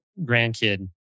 grandkid